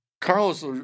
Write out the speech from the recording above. Carlos